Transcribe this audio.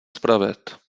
spravit